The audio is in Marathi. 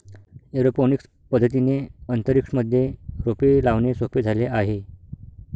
एरोपोनिक्स पद्धतीने अंतरिक्ष मध्ये रोपे लावणे सोपे झाले आहे